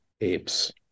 apes